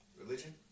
Religion